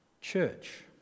Church